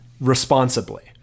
responsibly